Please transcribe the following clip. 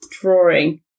drawing